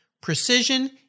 precision